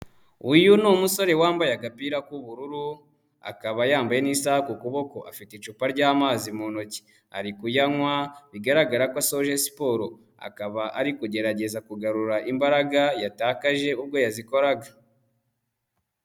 Uyu ni umusore wambaye agapira k'ubururu, akaba yambaye n'isaha ku kuboko, afite icupa ry'amazi mu ntoki, ari kuyanywa bigaragara ko asoje siporo, akaba ari kugerageza kugarura imbaraga yatakaje ubwo yazikoraga.